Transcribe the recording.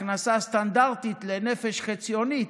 הכנסה סטנדרטית לנפש חציונית,